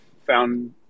found